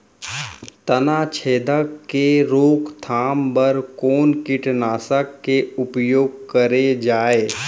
तनाछेदक के रोकथाम बर कोन कीटनाशक के उपयोग करे जाये?